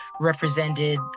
represented